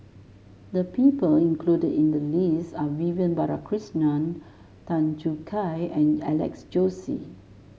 the people included in the list are Vivian Balakrishnan Tan Choo Kai and Alex Josey